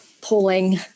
pulling